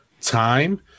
time